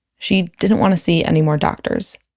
she didn't want to see anymore doctors